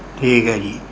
ਠੀਕ ਹੈ ਜੀ